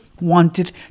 wanted